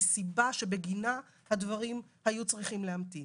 סיבה שבגינה הדברים היו צריכים להמתין.